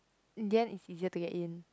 in the end is easier to get in